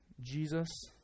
Jesus